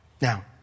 Now